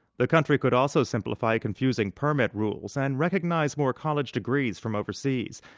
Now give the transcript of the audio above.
the country could also simplify confusing permit rules and recognize more college degrees from overseas.